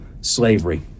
slavery